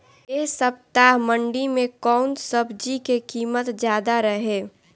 एह सप्ताह मंडी में कउन सब्जी के कीमत ज्यादा रहे?